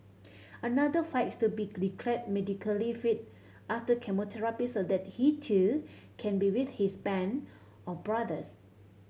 another fights to be declared medically fit after so that he too can be with his band of brothers